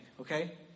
okay